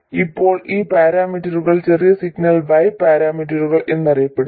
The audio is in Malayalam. ഇപ്പോൾ ഈ പരാമീറ്ററുകൾ ചെറിയ സിഗ്നൽ y പരാമീറ്ററുകൾ എന്നറിയപ്പെടുന്നു